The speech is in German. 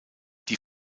die